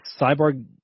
Cyborg –